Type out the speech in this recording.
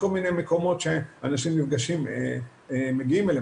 ושום דבר מהדבר היפה לא אמר שיום אחד אני אגיע לבעיית התמכרות כל כך